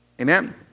Amen